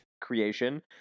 creation